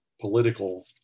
political